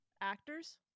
actors